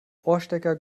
ohrstecker